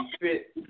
fit